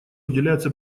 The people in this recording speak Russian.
уделяется